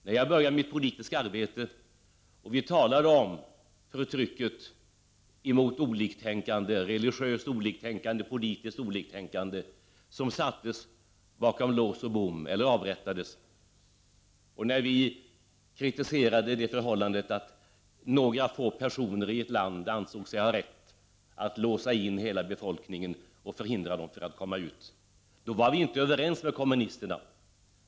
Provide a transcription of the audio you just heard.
När jag började mitt poli 29 november 1989 tiska arbete och vi talade om förtrycket mot religiöst eller politiskt oliktän= NN kande som sattes bakom lås och bom eller avrättades och när vi kritiserade det förhållandet att några få personer i ett land ansåg sig ha rätt att låsa in hela befolkningen och förhindra människorna att komma ut, var vi inte överens med kommunisterna.